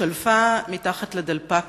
שלפה מתחת לדלפק